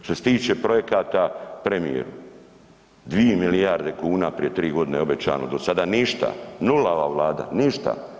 Što se tiče projekata premijeru, 2 milijarde kuna prije tri godine je obećano, do sada ništa, nula ova Vlada, ništa.